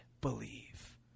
believe